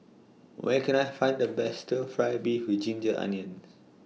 Where Can I Find The Best Stir Fry Beef with Ginger Onions